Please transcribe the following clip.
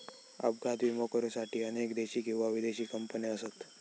अपघात विमो करुसाठी अनेक देशी किंवा विदेशी कंपने असत